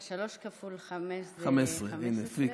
3 כפול 5 זה, 15. הינה, פיקס.